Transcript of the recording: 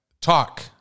talk